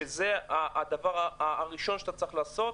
שזה הדבר הראשון שעליך לעשות,